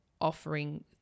offering